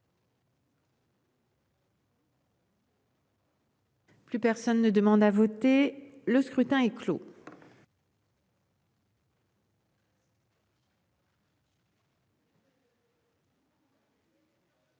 Plus personne ne demande à voter, le scrutin est clos.